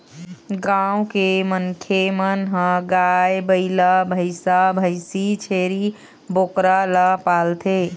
गाँव के मनखे मन ह गाय, बइला, भइसा, भइसी, छेरी, बोकरा ल पालथे